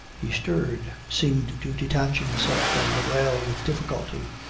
he stirred, seemed to detach himself from the rail with difficulty.